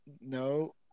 no